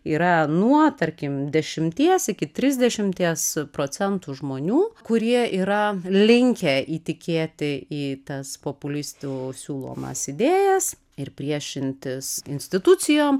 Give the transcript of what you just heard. yra nuo tarkim dešimties iki trisdešimties procentų žmonių kurie yra linkę įtikėti į tas populistų siūlomas idėjas ir priešintis institucijom